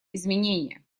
изменения